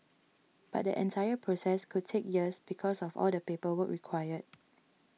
but the entire process could take years because of all the paperwork required